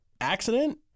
accident